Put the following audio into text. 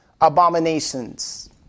abominations